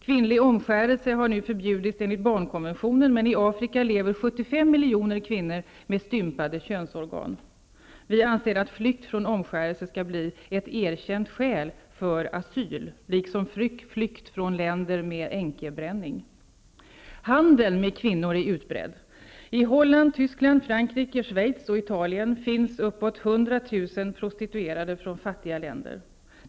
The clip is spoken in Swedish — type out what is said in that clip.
Kvinnlig omskärelse har nu förbjudits enligt barnkonventionen, men i Afrika lever 75 miljoner kvinnor med stympade könsorgan. Vi anser att flykt från omskärelse skall bli ett erkänt skäl för asyl liksom flykt från länder med änkebränning. Handeln med kvinnor är utbredd. I Holland, Tyskland, Frankrike, Schweiz och Italien finns uppåt hundra tusen prostituerade från fattiga länder.